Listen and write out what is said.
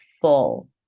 full